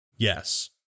Yes